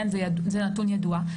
זה נתון ידוע,